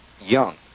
young